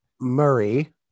Murray